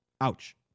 ouch